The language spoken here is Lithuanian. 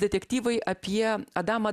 detektyvai apie adamą